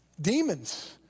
Demons